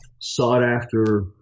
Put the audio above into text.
sought-after